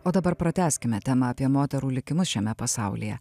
o dabar pratęskime temą apie moterų likimus šiame pasaulyje